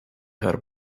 her